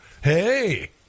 hey